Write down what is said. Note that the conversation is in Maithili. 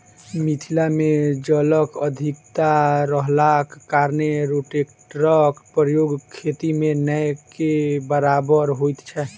मिथिला मे जलक अधिकता रहलाक कारणेँ रोटेटरक प्रयोग खेती मे नै के बराबर होइत छै